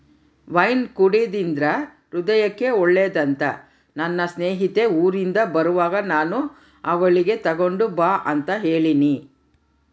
wine ಕುಡೆದ್ರಿಂದ ಹೃದಯಕ್ಕೆ ಒಳ್ಳೆದಂತ ನನ್ನ ಸ್ನೇಹಿತೆ ಊರಿಂದ ಬರುವಾಗ ನಾನು ಅವಳಿಗೆ ತಗೊಂಡು ಬಾ ಅಂತ ಹೇಳಿನಿ